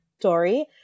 Dory